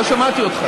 לא שמעתי אותך.